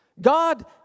God